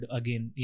again